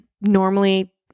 normally